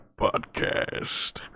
Podcast